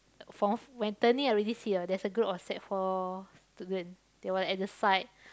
for when turning already see know there's a group of sec four student they were at the side